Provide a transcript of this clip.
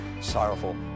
sorrowful